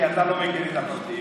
כי אתה לא מכיר את הפרטים.